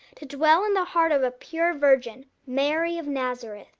to dwell in the heart of a pure virgin, mary of nazareth.